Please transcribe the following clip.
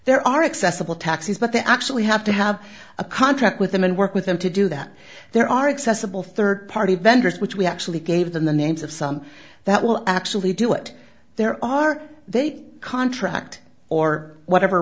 there are accessible taxis but they actually have to have a contract with them and work with them to do that there are accessible third party vendors which we actually gave them the names of some that will actually do it there are they contract or whatever